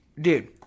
Dude